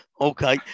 Okay